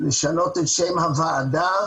לשנות את שם הוועדה